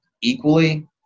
equally